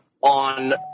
on